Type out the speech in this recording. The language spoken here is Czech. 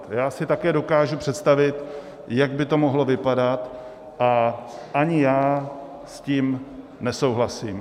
Já si také dokážu představit, jak by to mohlo vypadat, a ani já s tím nesouhlasím.